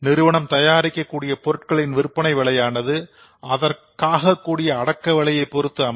நிறுவனம் தயாரிக்க கூடிய பொருட்களின் விற்பனை விலையானது அதற்காககூடிய அடக்க விலையை பொறுத்து அமையும்